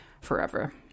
forever